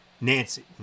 Nancy